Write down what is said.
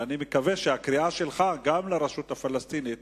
ואני מקווה שהקריאה שלך היא גם לרשות הפלסטינית